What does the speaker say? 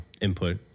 input